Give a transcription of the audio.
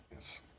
Yes